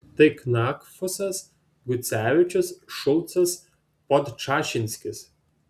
tai knakfusas gucevičius šulcas podčašinskis